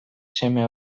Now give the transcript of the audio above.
seme